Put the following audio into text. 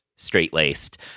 straight-laced